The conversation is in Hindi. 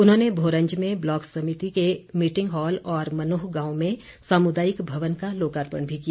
उन्होंने भोरंज में ब्लॉक समिति के मिटिंग हॉल और मनोह गांव में सामुदायिक भवन का लोकार्पण भी किया